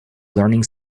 learning